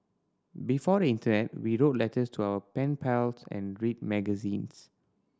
before the Internet we wrote letters to our pen pals and read magazines